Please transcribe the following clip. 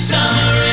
Summer